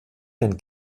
den